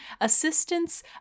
assistance